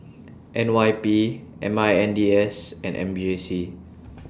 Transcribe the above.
N Y P M I N D S and M J C